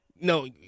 no